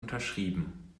unterschrieben